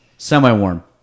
Semi-warm